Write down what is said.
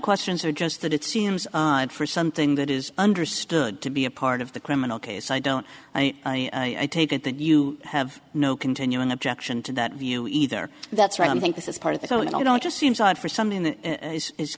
questions are just that it seems odd for something that is under stood to be a part of the criminal case i don't i take it that you have no continuing objection to that view either that's right i think this is part of the whole and i don't just seems odd for something that is